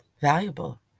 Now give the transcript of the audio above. valuable